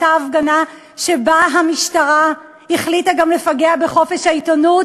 באותה הפגנה שבה המשטרה החליטה גם לפגע בחופש העיתונות